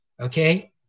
okay